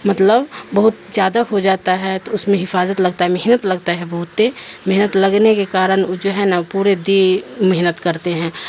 مطلب بہت زیادہ ہو جاتا ہے تو اس میں حفاظت لگتا ہے محنت لگتا ہے بہتتے محنت لگنے کے کارن جو ہے نا پورے دی محنت کرتے ہیں